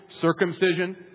circumcision